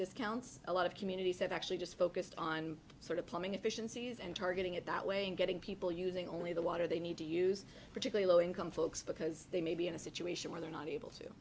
discounts a lot of communities have actually just focused on sort of plumbing efficiencies and targeting it that way and getting people using only the water they need to use particular low income folks because they may be in a situation where they're not able to